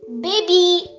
Baby